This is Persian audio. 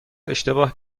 اشتباه